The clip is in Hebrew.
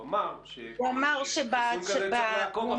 הוא אמר שצריך לעקוב אחרי חיסון כזה.